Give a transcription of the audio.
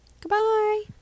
Goodbye